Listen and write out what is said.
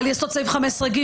על יסוד סעיף 15(ג),